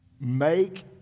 Make